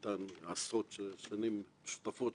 אני שותף בוודאי לדברים שנאמרו פה.